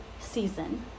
season